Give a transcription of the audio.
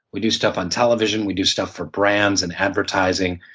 we do stuff on television. we do stuff for brands and advertising.